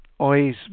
Oi's